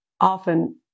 often